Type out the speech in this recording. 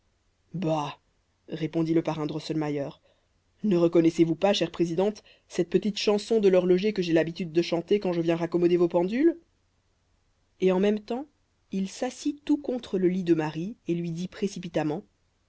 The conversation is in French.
bah répondit le parrain drosselmayer ne reconnaissez-vous pas chère présidente cette petite chanson de l'horloger que j'ai l'habitude de chanter quand je viens raccommoder vos pendules et en même temps il s'assit tout contre le lit de marie et lui dit précipitamment